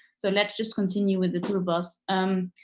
so let's just continue with the two of us. um